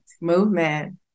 Movement